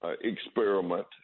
experiment